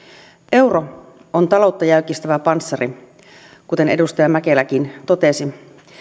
euro on taloutta jäykistävä panssari kuten edustaja mäkeläkin totesi